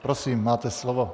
Prosím, máte slovo.